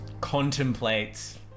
contemplates